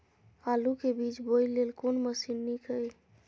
आलु के बीज बोय लेल कोन मशीन नीक ईय?